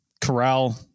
corral